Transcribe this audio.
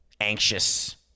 anxious